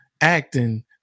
acting